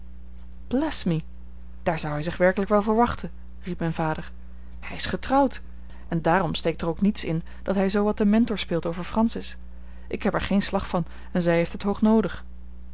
bless me daar zou hij zich waarlijk wel voor wachten riep mijn vader hij is getrouwd en daarom steekt er ook niets in dat hij zoo wat den mentor speelt over francis ik heb er geen slag van en zij heeft het